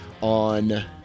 on